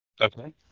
Okay